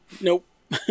Nope